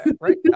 right